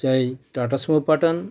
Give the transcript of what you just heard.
চাই টাটা সুমো পাঠান